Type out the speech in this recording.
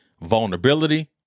vulnerability